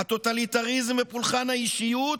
הטוטליטריזם ופולחן האישיות,